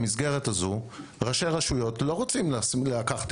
במסגרת הזו ראשי רשויות לא רוצים לקחת